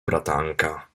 bratanka